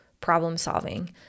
problem-solving